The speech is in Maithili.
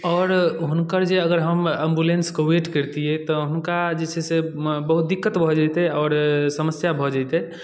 आओर हुनकर जे अगर हम एम्बुलेन्सके वेट करितियै तऽ हुनका जे छै से बहुत दिक्कत भऽ जैतै आओर समस्या भऽ जैतै